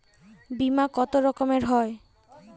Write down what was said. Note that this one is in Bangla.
বিমা কত রকমের হয়?